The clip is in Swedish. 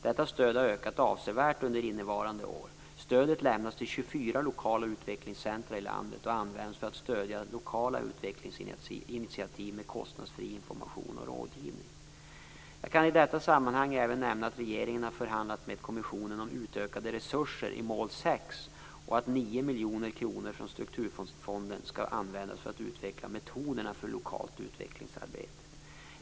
Detta stöd har ökat avsevärt under innevarande år. Stödet lämnas till 24 lokala utvecklingscentra i landet och används för att stödja lokala utvecklingsinitiativ med kostnadsfri information och rådgivning. Jag kan i detta sammanhang även nämna att regeringen har förhandlat med kommissionen om utökade resurser i mål 6 och att 9 miljoner kronor från strukturfonderna skall användas för att utveckla metoderna för lokalt utvecklingsarbete.